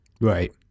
Right